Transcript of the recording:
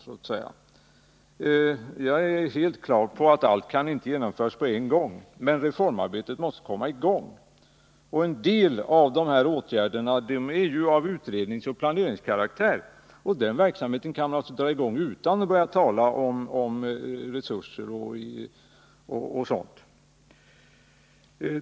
Jag är helt på det klara med att allt inte kan genomföras med detsamma, men reformarbetet måste komma i gång. En del av de här åtgärderna har ju utredningsoch planeringskaraktär, och den verksamheten kan man dra i gång utan att börja tala om bristen på resurser och sådant.